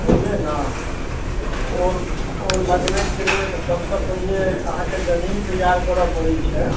बुझलियै ने ओ ओ लगबैत कऽ लेल सभसँ पहिले अहाँकऽ जमीन तैआर करऽ पड़ैत छै